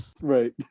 Right